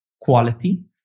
quality